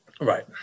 Right